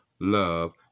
love